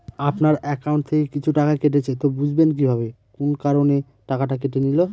আপনার একাউন্ট থেকে কিছু টাকা কেটেছে তো বুঝবেন কিভাবে কোন কারণে টাকাটা কেটে নিল?